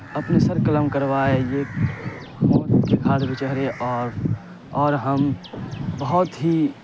اپنی سر قلم کروائے یہ موت کے گھاٹ بھی چڑھے اور اور ہم بہت ہی